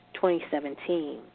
2017